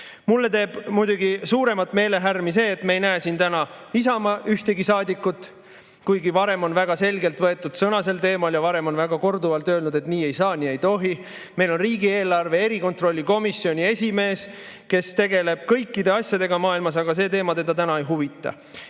Mulle teeb muidugi suuremat meelehärmi see, et me ei näe siin täna ühtegi Isamaa saadikut, kuigi varem on väga selgelt sel teemal sõna võetud ja varem on korduvalt öeldud, et nii ei saa, nii ei tohi. Meil on riigieelarve kontrolli erikomisjoni esimees, kes tegeleb kõikide asjadega maailmas, aga see teema teda täna ei huvita.